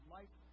Life